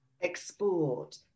export